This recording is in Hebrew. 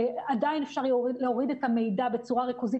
עדיין אפשר להוריד את המידע בצורה ריכוזית,